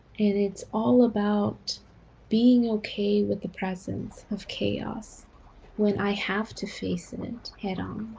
and it's all about being okay with the presence of chaos when i have to face it head-on.